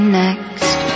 next